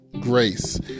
grace